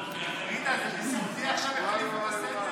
ג'ידא, בזכותי עכשיו החליפו את הסדר?